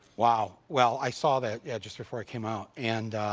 wow. well, i saw that yeah just before i came out and,